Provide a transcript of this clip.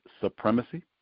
supremacy